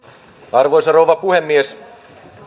arvoisa rouva puhemies